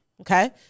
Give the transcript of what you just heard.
okay